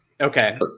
okay